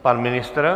Pan ministr.